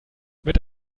mit